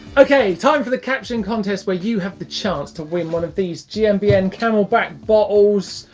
okay, time for the caption contest where you have the chance to win one of these gmbn camel back bottles.